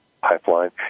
Pipeline